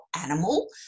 animal